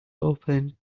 open